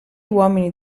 uomini